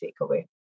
takeaway